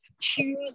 choose